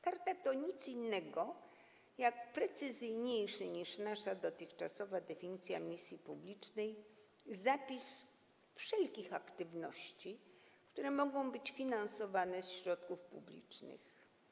Karta to nic innego jak precyzyjniejsza niż nasza dotychczasowa definicja misji publicznej, zapis wszelkich aktywności, które mogą być finansowane ze środków publicznych.